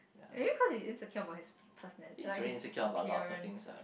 maybe cause he's insecure about his personali~ like his appearance